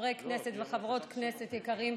חברות כנסת וחברי כנסת יקרים,